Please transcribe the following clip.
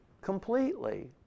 completely